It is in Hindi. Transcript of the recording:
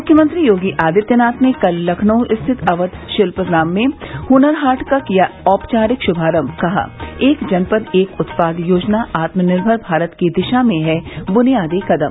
मुख्यमंत्री योगी आदित्यनाथ ने कल लखनऊ स्थित अवध शिल्पग्राम में हुनर हाट का किया औपचारिक शुभारम्म कहा एक जनपद एक उत्पाद योजना आत्मनिर्भर भारत की दिशा में है बुनियादी कदम